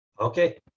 Okay